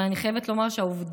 אבל אני חייבת לומר שהעובדה,